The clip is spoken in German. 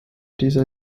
dieser